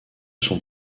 son